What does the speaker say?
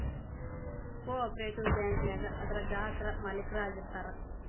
co operative bank ನ್ಯಾಗ ಅದರ್ ಗ್ರಾಹಕ್ರ ಮಾಲೇಕ್ರ ಆಗಿರ್ತಾರ